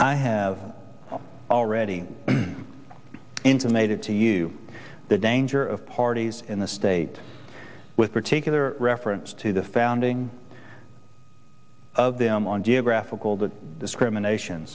i have already intimated to you the danger of parties in the state with particular reference to the founding of them on geographical the discrimination